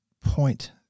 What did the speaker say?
point